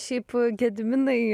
šiaip gediminai